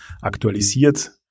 aktualisiert